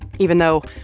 even though,